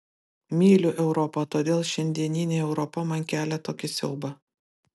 myliu europą todėl šiandieninė europa man kelia tokį siaubą